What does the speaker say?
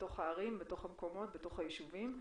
הערים והיישובים.